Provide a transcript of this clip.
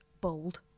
bold